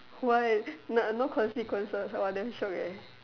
what no no consequences !wah! damn shiok eh